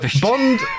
bond